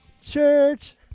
Church